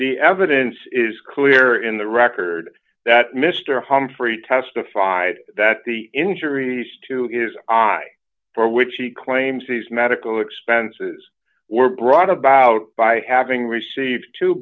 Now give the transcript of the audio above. the evidence is clear in the record that mr humphrey testified that the injuries to his eye for which he claims he's medical expenses were brought about by having received two